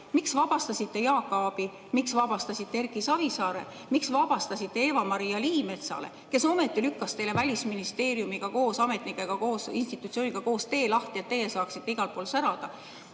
Miks vabastasite Jaak Aabi? Miks vabastasite Erki Savisaare? Miks vabastasite Eva-Maria Liimetsa, kes ometi lükkas teile koos Välisministeeriumiga, koos sealsete ametnikega, koos institutsiooniga tee lahti, et teie saaksite igal pool särada?